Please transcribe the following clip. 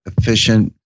efficient